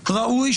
ברפורמה,